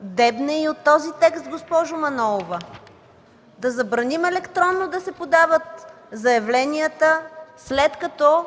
дебне и от този текст, госпожо Манолова. Да забраним електронно да се подават заявленията, след като